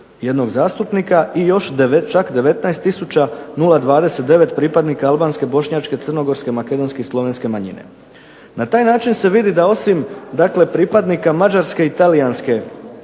jednog zastupnika i čak 19 tisuća 029 pripadnika Albanske, Bošnjačke, Crnogorske, Slovenske i Makedonske manjine. Na taj način se vidi da osim pripadnika Mađarske i TAlijanske